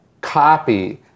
Copy